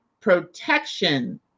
protection